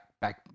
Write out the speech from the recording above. back